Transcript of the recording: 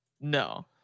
No